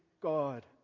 God